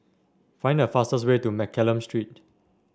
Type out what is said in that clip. find the fastest way to Mccallum Street